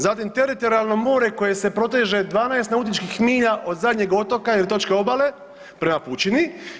Zatim teritorijalno more koje se proteže 12 nautičkih milja od zadnjeg otoka ili točke obale prema pučini.